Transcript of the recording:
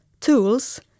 tools